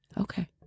Okay